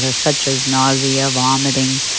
and such as nausea, vomiting